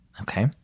Okay